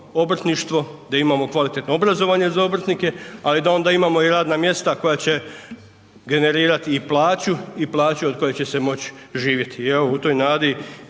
obrtništvo, da imamo kvalitetno obrazovanje za obrtnike, ali da onda imamo i radna mjesta koja će generirati i plaću i plaću od koje će se moći živjeti. I evo u toj nadi